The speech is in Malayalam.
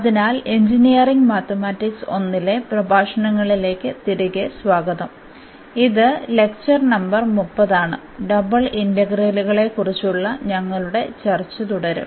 അതിനാൽ എഞ്ചിനീയറിംഗ് മാത്തമാറ്റിക്സ് I ലെ പ്രഭാഷണങ്ങളിലേക്ക് തിരികെ സ്വാഗതം ഇത് ലെക്ചർ നമ്പർ 30 ആണ് ഡബിൾ ഇന്റഗ്രലുകളെക്കുറിച്ചുള്ള ഞങ്ങളുടെ ചർച്ച തുടരും